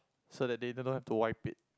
so that they do not have to wipe it